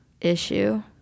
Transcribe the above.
issue